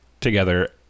together